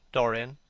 dorian,